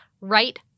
right